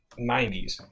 90s